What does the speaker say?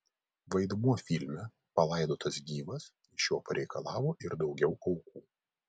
vaidmuo filme palaidotas gyvas iš jo pareikalavo ir daugiau aukų